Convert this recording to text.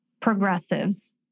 Progressives